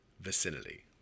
vicinity